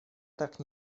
так